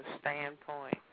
standpoint